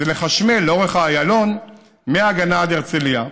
זה לחשמל לאורך איילון, מההגנה עד הרצליה,